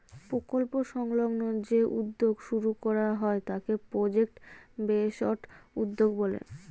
প্রকল্প সংলগ্ন যে উদ্যোগ শুরু করা হয় তাকে প্রজেক্ট বেসড উদ্যোগ বলে